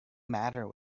matter